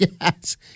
Yes